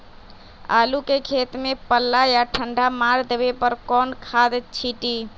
आलू के खेत में पल्ला या ठंडा मार देवे पर कौन खाद छींटी?